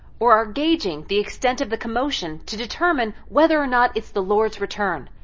or are gauging the extent of the commotion to determine whether or not it's the lord's return.